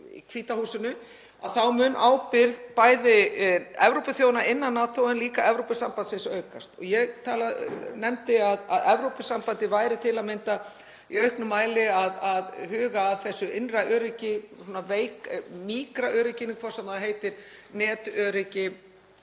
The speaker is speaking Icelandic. í Hvíta húsinu. Þá mun ábyrgð bæði Evrópuþjóðanna innan NATO en líka innan Evrópusambandsins aukast. Ég nefndi að Evrópusambandið væri til að mynda í auknum mæli að huga að þessu innra öryggi, mýkra örygginu, hvort sem það heitir netöryggi